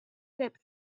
tips